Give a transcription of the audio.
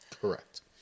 correct